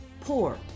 poor